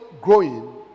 growing